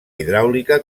hidràulica